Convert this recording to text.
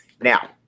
Now